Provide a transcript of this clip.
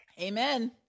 Amen